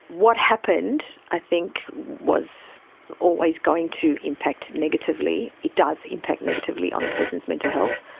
what happened, i think, was always going to impact negatively. it does impact negatively on a person's mental health.